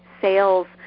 sales